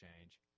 change